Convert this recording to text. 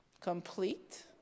Complete